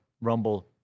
Rumble